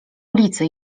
ulicy